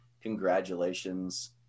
congratulations